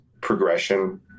progression